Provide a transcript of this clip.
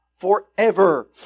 Forever